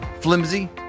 flimsy